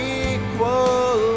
equal